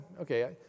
okay